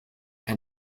and